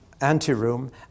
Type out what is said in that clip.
anteroom